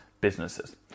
businesses